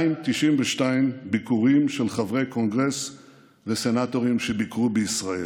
292 ביקורים של חברי קונגרס וסנטורים בישראל.